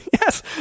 Yes